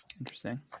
Interesting